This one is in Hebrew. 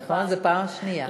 נכון, זה פעם שנייה.